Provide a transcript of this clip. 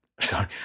Sorry